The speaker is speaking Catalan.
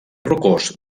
rocós